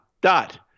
Dot